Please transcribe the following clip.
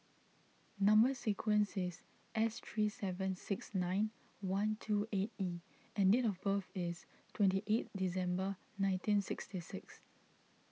Number Sequence is S three seven six nine one two eight E and date of birth is twenty eight December nineteen sixty six